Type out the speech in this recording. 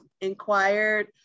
inquired